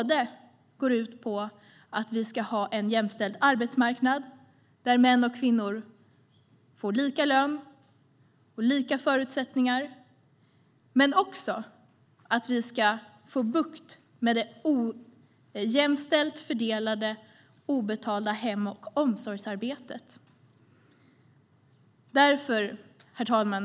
De går ut på att vi ska ha en jämställd arbetsmarknad där män och kvinnor får lika lön och lika förutsättningar men också att vi ska få bukt med det ojämställt fördelade obetalda hem och omsorgsarbetet. Herr talman!